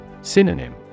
Synonym